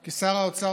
כי שר האוצר,